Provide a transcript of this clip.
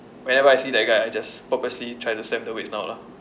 whenever I see that guy I just purposely try to slam the weights down lah